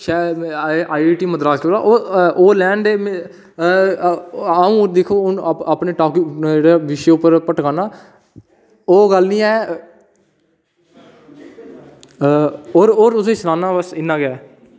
शैद ओह् आईआईटी मद्रास कोला ओह् रहने दे न अंऊ दिक्खो हून अपने विशे पर आना ओह् गल्ल निं ऐ होर तुसेंगी सनाना बस इन्ना गै